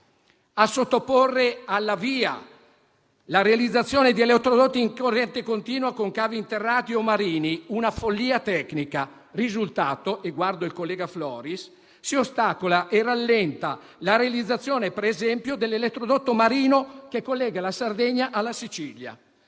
impatto ambientale (VIA) la realizzazione di elettrodotti in corrente continua con cavi interrati o marini è una follia tecnica. Il risultato - e guardo il collega Floris - è che si ostacola e si rallenta la realizzazione - per esempio - dell'elettrodotto marino che collega la Sardegna alla Sicilia;